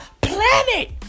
planet